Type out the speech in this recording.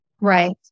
Right